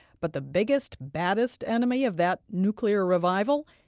but the biggest, baddest enemy of that nuclear revival?